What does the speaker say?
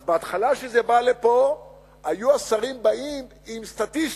אז בהתחלה כשזה בא לפה היו השרים באים עם סטטיסטיקות,